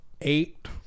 eight